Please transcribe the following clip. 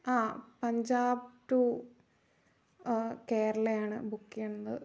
ആ പഞ്ചാബ് ടു കേരളയാണ് ബുക്ക് ചെയ്യുന്നത്